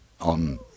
on